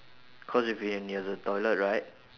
cause if you're in you're in the toilet right